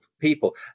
people